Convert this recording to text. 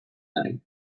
night